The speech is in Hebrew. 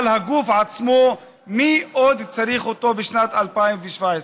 אבל הגוף עצמו, מי עוד צריך אותו בשנת 2017?